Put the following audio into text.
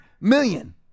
million